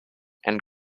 and